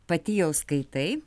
pati jau skaitai